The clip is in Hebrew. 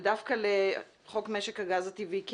ודווקא לחוק משק הגז הטבעי כן?